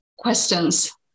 questions